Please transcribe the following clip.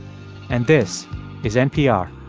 and this is npr